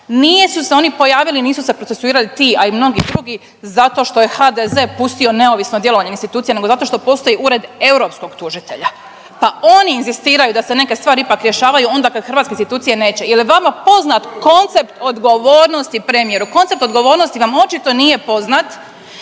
Nisu se oni pojavili, nisu se procesuirali ti, a i mnogi drugi zato što je HDZ pustio neovisno djelovanje institucija nego zašto što postoji Ured europskog tužitelja, pa oni inzistiraju da se neke stvari ipak rješavaju onda kad hrvatske institucije neće. Je li vama poznat koncept odgovornosti premijeru? Koncept odgovornosti vam očito nije poznat